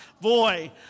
Boy